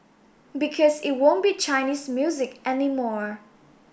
because it won't be Chinese music anymore